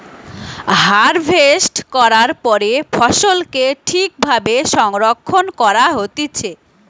harvest করার পরে ফসলকে ঠিক ভাবে সংরক্ষণ করা হতিছে